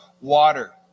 water